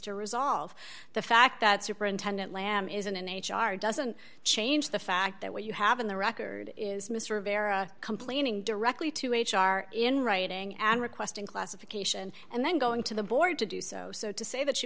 to resolve the fact that superintendent lam isn't an h r doesn't change the fact that what you have in the record is mr vera complaining directly to h r in writing and requesting classification and then going to the board to do so so to say that she